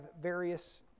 various